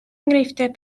enghreifftiau